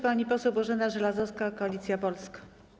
Pani poseł Bożena Żelazowska, Koalicja Polska.